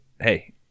hey